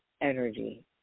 energy